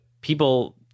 people